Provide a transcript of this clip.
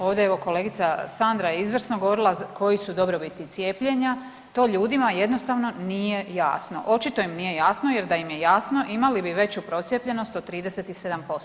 Ovdje je evo kolegica Sandra izvrsno govorila koji su dobrobiti cijepljenja, to ljudima jednostavno nije jasno, očito im nije jasno jer da im je jasno imali bi veću procijepljenost od 37%